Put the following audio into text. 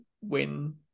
win